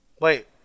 Wait